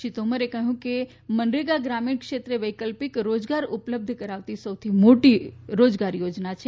શ્રી તોમરે કહ્યું કે મનરેગા ગ્રામીણ ક્ષેત્રે વૈકલ્પિક રોજગાર ઉપલબ્ધ કરવાની સૌથી મોટી રોજગાર યોજના છે